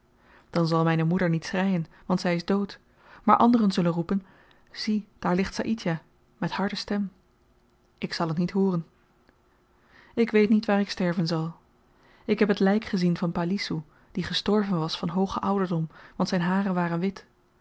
dan zal myne moeder niet schreien want zy is dood maar anderen zullen roepen zie daar ligt saïdjah met harde stem ik zal t niet hooren ik weet niet waar ik sterven zal ik heb het lyk gezien van pa lisoe die gestorven was van hoogen ouderdom want zyne haren waren wit